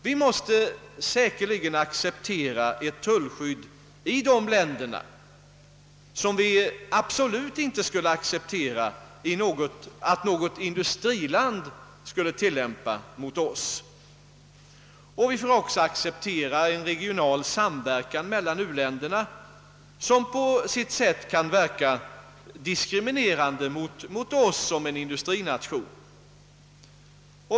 Vi måste säkerligen acceptera ett tullskydd i de länderna som vi absolut inte skulle acceptera att något industriland tillämpade mot oss. Vi får också acceptera en regional samverkan mellan u-länderna, vilken på sitt sätt kan verka diskriminerande mot oss som industrination.